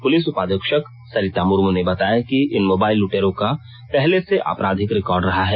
police उपाधीक्षक सरिता मुर्मू ने बताया कि इन मोबाइल लुटेरों का पहले से आपराधिक रिकॉर्ड रहा है